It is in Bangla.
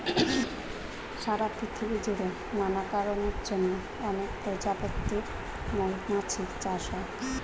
সারা পৃথিবী জুড়ে নানা কারণের জন্যে অনেক প্রজাতির মৌমাছি চাষ হয়